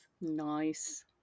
Nice